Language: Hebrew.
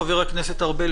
חבר הכנסת ארבל,